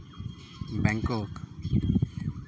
Bangkok